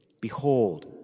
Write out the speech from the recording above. behold